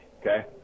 okay